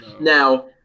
Now